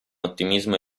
ottimismo